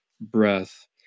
breath